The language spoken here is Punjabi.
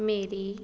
ਮੇਰੀ